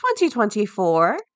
2024